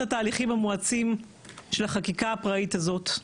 התהליכים המואצים של החקיקה הפראית הזאת,